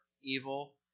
evil